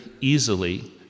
easily